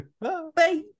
Bye